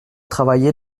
travaillez